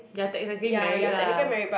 they are technically married lah